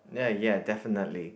ya ya definitely